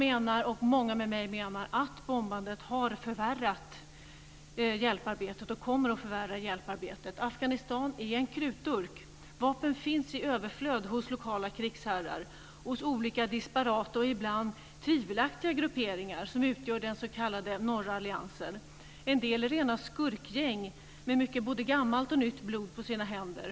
Jag och många med mig menar att bombandet har förvärrat, och kommer att förvärra, situationen vad gäller hjälparbetet. Afghanistan är en krutdurk. Vapen finns i överflöd hos lokala krigsherrar och hos olika disparata, ibland tvivelaktiga, grupperingar som utgör den s.k. norra alliansen. En del är rena skurkgäng med mycket både gammalt och nytt blod på sina händer.